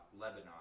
Lebanon